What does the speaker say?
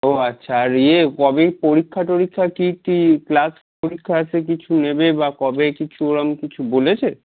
ও আচ্ছা আর ইয়ে কবে পরীক্ষা টরিক্ষা কি কি ক্লাস পরীক্ষা আছে কিছু নেবে বা কবে কিছু ওরম কিছু বলেছে